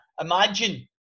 imagine